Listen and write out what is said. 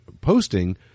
posting